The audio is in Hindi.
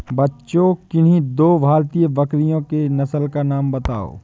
बच्चों किन्ही दो भारतीय बकरियों की नस्ल का नाम बताओ?